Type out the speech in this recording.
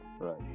Right